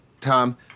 Tom